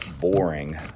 boring